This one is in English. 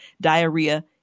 diarrhea